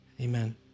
amen